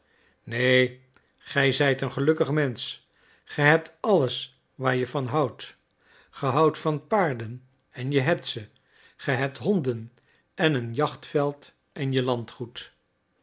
neen gij zijt een gelukkig mensch ge hebt alles waar je van houdt ge houdt van paarden en je hebt ze ge hebt honden en een jachtveld en je landgoed